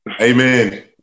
Amen